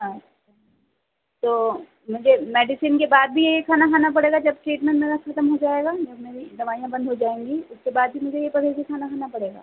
ہاں تو مجھے میڈیسن کے بعد بھی یہی کھانا کھانا پڑے گا جب ٹریٹمینٹ میرا ختم ہو جائے گا جب میری دوائیاں بند ہو جائیں گی اس کے بعد بھی مجھے یہ پرہیزی کھانا کھانا پڑے گا